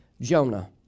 Jonah